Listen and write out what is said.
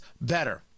better